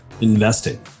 investing